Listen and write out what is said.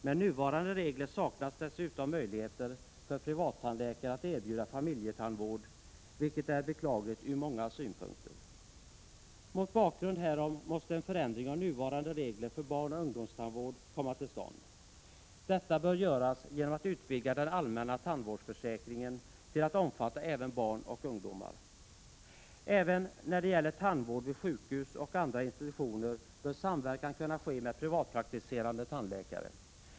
Med nuvarande regler saknas dessutom möjligheter för privattandläkare att erbjuda familjetandvård, vilket är beklagligt ur många synpunkter. Mot bakgrund härav måste en förändring av nuvarande regler för barn och ungdomstandvård komma till stånd. Detta bör göras genom att utvidga — Prot. 1987/88:31 den allmänna tandvårdsförsäkringen till att omfatta även barn och ung 25 november 1987 domar. RARE SE Även när det gäller tandvård vid sjukhus och andra institutioner bör samverkan kunna ske med privatpraktiserande tandläkare.